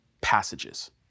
passages